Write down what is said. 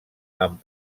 amb